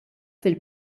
fil